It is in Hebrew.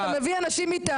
אתה מביא אנשים מטעם.